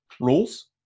rules